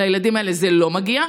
ולילדים האלה זה לא מגיע,